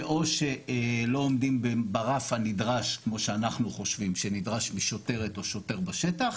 או שלא עומדים ברף הנדרש כמו שאנחנו חושבים שנדרש משוטר או שוטרת בשטח,